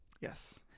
Yes